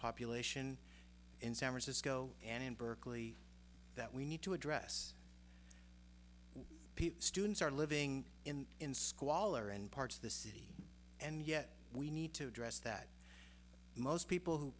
population in san francisco and in berkeley that we need to address students are living in in squalor and parts of the city and yet we need to address that most people who